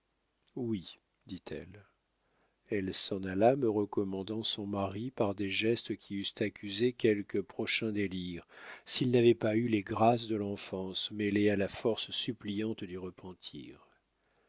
oui dit-elle elle s'en alla me recommandant son mari par des gestes qui eussent accusé quelque prochain délire s'ils n'avaient pas eu les grâces de l'enfance mêlées à la force suppliante du repentir